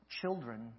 Children